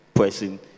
person